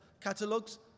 catalogs